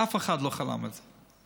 אף אחד לא חלם על זה.